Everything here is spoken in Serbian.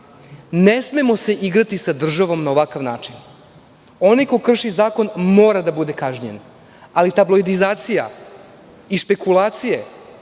Ne smemo se igrati sa državom na ovakav način. Onaj ko krši zakon mora da bude kažnjen, ali tabloidizacija i špekulacije